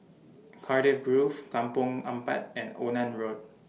Cardiff Grove Kampong Ampat and Onan Road